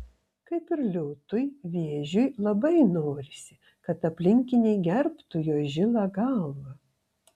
kaip ir liūtui vėžiui labai norisi kad aplinkiniai gerbtų jo žilą galvą